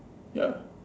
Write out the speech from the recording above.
ya